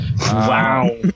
Wow